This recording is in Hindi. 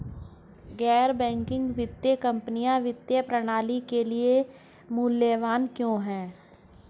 गैर बैंकिंग वित्तीय कंपनियाँ वित्तीय प्रणाली के लिए मूल्यवान क्यों हैं?